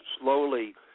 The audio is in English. Slowly